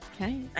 Okay